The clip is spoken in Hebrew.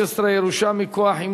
הצעת חוק הירושה (תיקון מס' 13) (ירושה מכוח אימוץ),